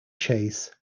chase